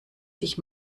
sich